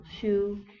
shoe